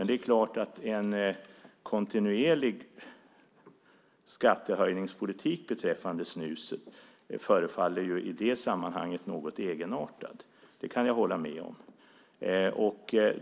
Det är klart att en kontinuerlig skattehöjningspolitik beträffande snuset i det sammanhanget förefaller som något egenartad, det kan jag hålla med om.